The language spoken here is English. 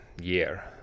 year